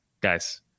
guys